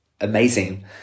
amazing